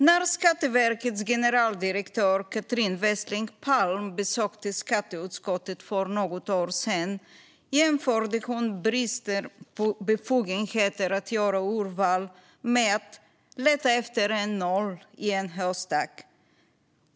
När Skatteverkets generaldirektör Katrin Westling Palm besökte skatteutskottet för något år sedan jämförde hon bristen på befogenheter att göra urval med att leta efter en nål i en höstack.